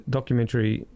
documentary